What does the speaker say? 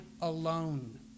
alone